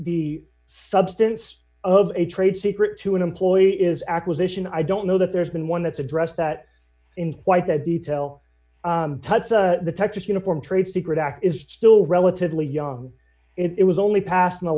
the substance of a trade secret to an employee is acquisition i don't know that there's been one that's addressed that in quite that detail the texas uniform trade secret act is still relatively young it was only passed in the